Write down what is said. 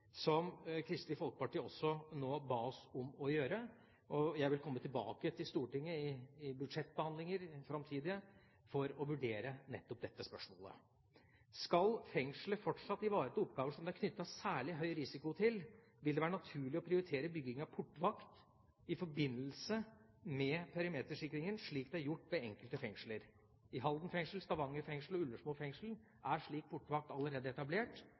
Kristelig Folkeparti også nå ba oss om å gjøre, og jeg vil komme tilbake til Stortinget i framtidige budsjettbehandlinger for å vurdere nettopp dette spørsmålet. Skal fengselet fortsatt ivareta oppgaver som det er knyttet særlig høy risiko til, vil det være naturlig å prioritere bygging av portvakt i forbindelse med perimetersikringen, slik det er gjort ved enkelte fengsler. I Halden fengsel, i Stavanger fengsel og i Ullersmo fengsel er slik portvakt allerede etablert.